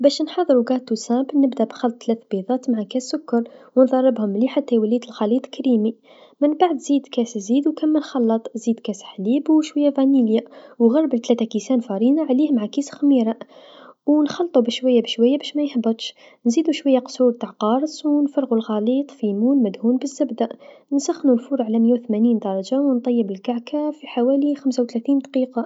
باش نحضرو كعكه بسيطه نبدو بخلط ثلث بيضات مع كاس سكر و نضربهم مليح حتى يولي يطلع خليط كريمي، منبعد نزيد كاس زيت ونكمل نخلط نزيد كاس حليب و شويا فانيليا و غربل ثلاث كيسان فرينا عليه مع كيس خميرا و نخلطو بشويا بشويا باش ميهبطش، نزيد شويا قشور تع قارص و نفرغو الخليط في مول مدهون بالزبده، نسخنوا الفور على مية و ثمانين درجه و نطيب الكعكه في حوالي خمسا و ثلاثين دقيقه.